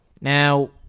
Now